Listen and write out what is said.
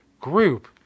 group